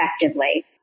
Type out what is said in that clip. effectively